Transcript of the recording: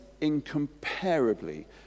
incomparably